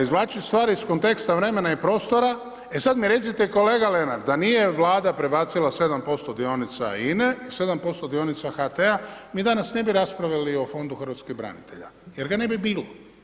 Izvlačiti stvari iz konteksta vremena i prostora, e sad mi recite kolega Lenart, da nije Vlada prebacila 7% dionica INA-e i 7% dionica HT-a, mi danas ne bi raspravljali o fondu hrvatskih branitelja jer ga ne bi bilo.